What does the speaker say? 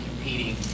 competing